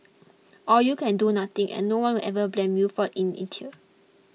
or you can do nothing and no one will ever blame you for in inertia